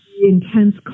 intense